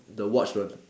the watch ones